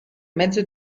mezzo